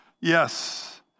Yes